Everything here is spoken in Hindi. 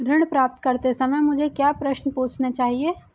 ऋण प्राप्त करते समय मुझे क्या प्रश्न पूछने चाहिए?